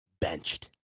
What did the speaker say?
Benched